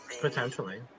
Potentially